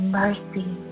mercy